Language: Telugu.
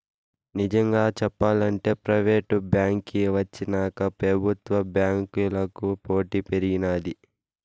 నిజంగా సెప్పాలంటే ప్రైవేటు బాంకీ వచ్చినాక పెబుత్వ బాంకీలకి పోటీ పెరిగినాది